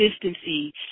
consistency